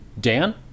Dan